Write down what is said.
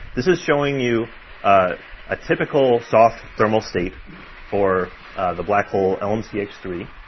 this is showing you ah a typical soft thermal state for the black hole lmc x three.